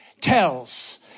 tells